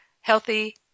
healthy